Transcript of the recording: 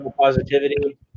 positivity